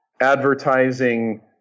advertising